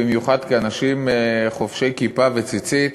במיוחד כאנשים חובשי כיפה וציצית